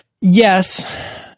Yes